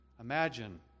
Imagine